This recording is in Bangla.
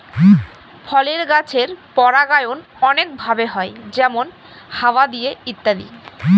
ফলের গাছের পরাগায়ন অনেক ভাবে হয় যেমন হাওয়া দিয়ে ইত্যাদি